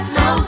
no